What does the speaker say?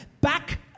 Back